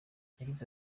yagize